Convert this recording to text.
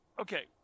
Okay